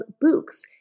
Books